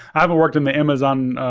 i haven't worked in the amazon,